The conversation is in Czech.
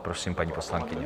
Prosím, paní poslankyně.